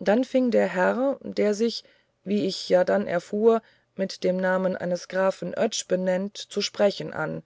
dann fing der herr der sich wie ich ja dann erfuhr mit dem namen eines grafen oetsch benennt zu sprechen an